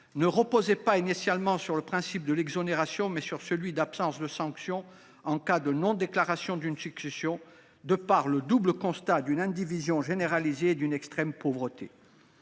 reposait initialement non sur le principe de l’exonération, mais sur une absence de sanction en cas de non déclaration d’une succession fondée sur le double constat d’une indivision généralisée et d’une extrême pauvreté.